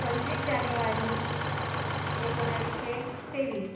पंचवीस जानेवारी एकोणविसशे तेवीस